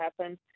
happen